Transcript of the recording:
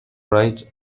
write